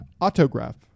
Autograph